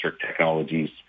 technologies